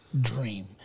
dream